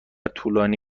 طولانی